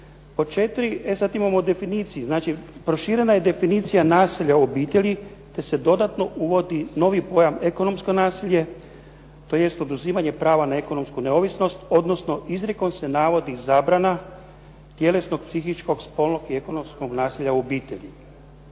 Pod četiri, e sad imamo definicije. Znači, proširenja je definicija nasilja u obitelji te se dodatno uvodi novi pojam ekonomsko nasilje tj. oduzimanje prava na ekonomsku neovisnost odnosno izrijekom se navodi zabrana tjelesnog, psihičkog, spolnog i ekonomskog nasilja u obitelji.